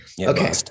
Okay